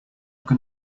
can